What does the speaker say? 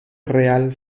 real